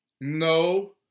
No